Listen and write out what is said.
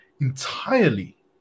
entirely